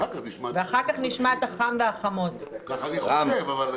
אחר תשמע את --- כך אני חושב.